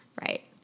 Right